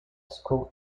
school